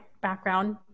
background